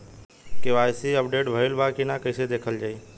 KYC update भइल बा कि ना कइसे देखल जाइ?